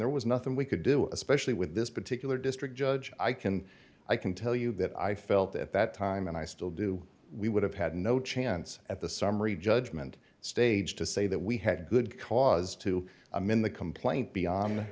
there was nothing we could do especially with this particular district judge i can i can tell you that i felt at that time and i still do we would have had no chance at the summary judgment stage to say that we had a good cause to i'm in the complaint beyond